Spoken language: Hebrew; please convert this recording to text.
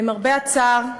למרבה הצער,